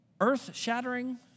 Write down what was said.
earth-shattering